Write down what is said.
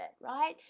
right